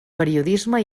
periodisme